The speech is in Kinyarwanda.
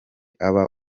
aba